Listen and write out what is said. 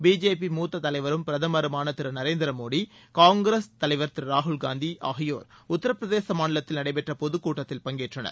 BJP மூத்த தலைவரும் பிரதமருமான திரு நரேந்திர மோடி காங்கிரஸ் தலைவர் திரு ராகுல் காந்தி ப ஆகியோர் உத்தரபிரதேச மாநிலத்தில் நடைபெற்ற பொதுக் கூட்டத்தல் பங்கேற்றனர்